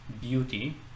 beauty